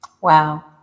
Wow